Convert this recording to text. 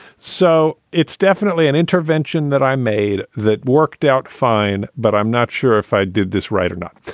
so it's definitely an intervention that i made that worked out fine, but i'm not sure if i did this right or not.